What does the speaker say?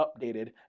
updated